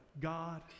God